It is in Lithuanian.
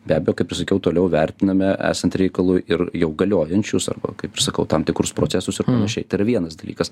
be abejo kaip ir sakiau toliau vertiname esant reikalui ir jau galiojančius arba kaip ir sakau tam tikrus procesus ir panašiai tai yra vienas dalykas